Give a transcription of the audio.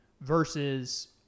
versus